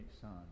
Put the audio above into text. son